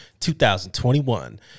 2021